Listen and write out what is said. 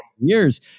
years